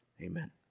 Amen